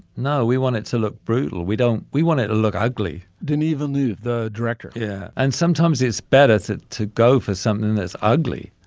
no, we wanted to look brutal. we don't. we wanted to look ugly. didn't even need the director. yeah. and sometimes it's better to to go for something that's ugly.